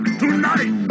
tonight